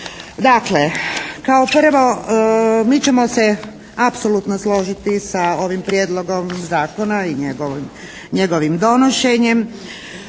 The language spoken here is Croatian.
Dakle, kao prvo mi ćemo se apsolutno složiti sa ovim prijedlogom zakona i njegovim donošenjem,